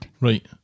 right